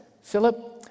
Philip